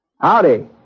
Howdy